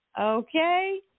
Okay